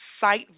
site